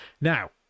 now